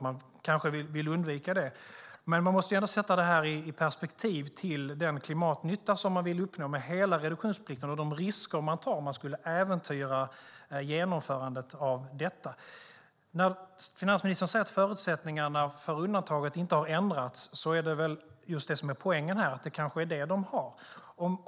Men vi måste ändå sätta detta i perspektiv till den klimatnytta man vill uppnå med hela reduktionsplikten och till de risker man tar om man äventyrar genomförandet av detta. När finansministern säger att förutsättningarna för undantaget inte har ändrats är det just det som är poängen här: Det kanske är precis vad de har.